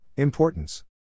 Importance